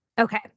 Okay